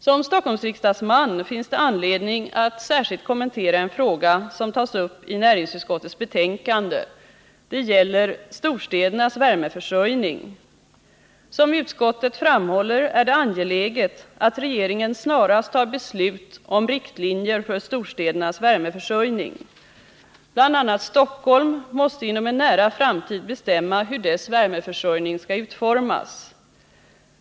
Som Stockholmsriksdagsman har jag anledning att särskilt kommentera en fråga som tas upp i näringsutskottets betänkande; det gäller storstädernas värmeförsörjning. Som utskottet framhåller är det angeläget att regeringen snarast tar beslut om riktlinjer för storstädernas värmeförsörjning. BI. a. Stockholm måste inom en nära framtid bestämma hur dess värmeförsörjning skall utformas.